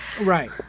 Right